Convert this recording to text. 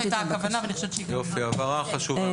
הבהרה חשובה.